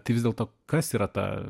tai vis dėlto kas yra ta